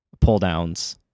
pull-downs